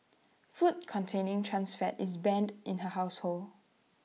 food containing trans fat is banned in her household